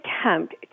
attempt